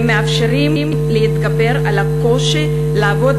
הם מאפשרים להתגבר על הקושי לעבוד